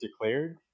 declared